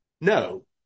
No